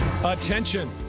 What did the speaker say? attention